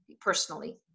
personally